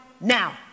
now